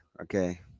okay